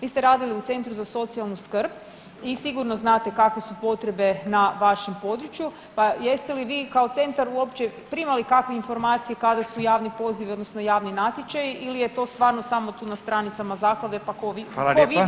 Vi ste radili u Centru za socijalnu skrb i sigurno znate kakve su potrebe na vašem području, pa jeste li vi kao centar uopće primali kakve informacije kada su javni pozivi, odnosno javni natječaji ili je to stvarno samo tu na stranicama zaklade pa tko vidi, vidi.